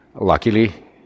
Luckily